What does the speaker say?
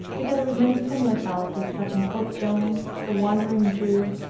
together with many similar fallacies touching pope joan, the wandering jew,